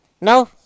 No